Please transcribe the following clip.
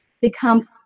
Become